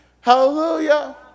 Hallelujah